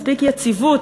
מספיק יציבות,